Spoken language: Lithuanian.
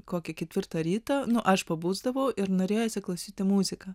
kokią ketvirtą ryto nu aš pabusdavau ir norėjosi klausyti muziką